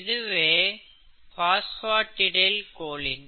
இதுவே பாஸ்பாடிடைல் கோலின்